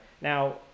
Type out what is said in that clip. Now